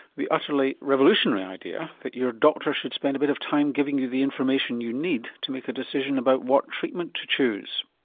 the utterly revolutionary idea that your doctor should spend a bit of time giving you the information you need to make a decision about what treatment to choose.